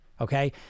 Okay